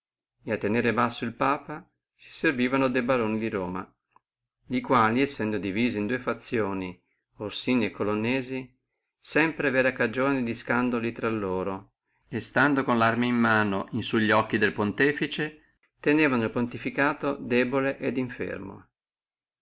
et a tenere basso el papa si servivano de baroni di roma li quali sendo divisi in due fazioni orsini e colonnesi sempre vera cagione di scandolo fra loro e stando con le arme in mano in su li occhi al pontefice tenevano el pontificato debole et infermo